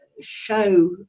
Show